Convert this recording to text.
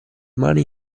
mani